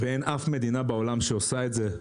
אין אף מדינה בעולם שעושה את זה.